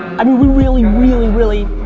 i mean we really, really, really,